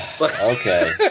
Okay